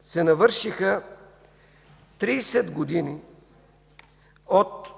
се навършиха 30 години от